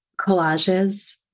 collages